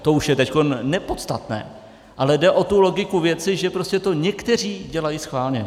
To už je teď nepodstatné, ale jde o tu logiku věci, že prostě to někteří dělají správně.